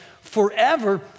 forever